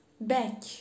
back